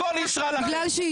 הכל אישרה לכם.